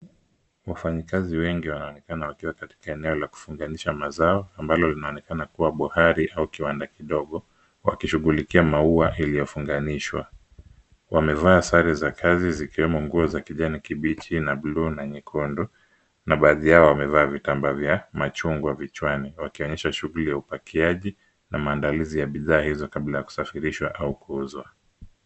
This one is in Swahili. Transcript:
Wafanyikazi wengi wanaonekana wakiwa katika eneo la kufunganisha mazao ambalo linaonekana kuwa bohari au kiwanda kidogo. Wakishughulikia maua iliyofunganishwa. Wamevaa sare za kazi zikiwemo nguo za kijani kibichi na bluu na nyekundu na baadhi yao wamevaa vitambaa vya chungwa vichwani wakionyesha shughuli ya upakiaji na maandalizi ya bidhaa hizo kabla ya kusafirishwa au kuuzwa.